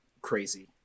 crazy